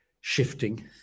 shifting